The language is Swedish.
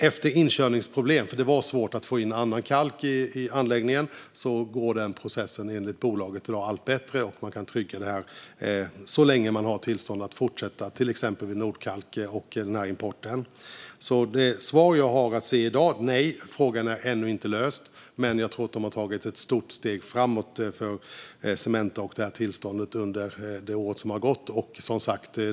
Efter inkörningsproblem - det var svårt att ta in annan kalk i anläggningen - går processen enligt bolaget allt bättre, och man kan trygga tillverkningen så länge man har tillstånd att fortsätta vid Nordkalk och närimporten. Det svar jag kan ge i dag är följande: Nej, frågan är ännu inte löst, men jag tror att Cementa har tagit ett stort steg framåt i fråga om tillståndet under det år som har gått.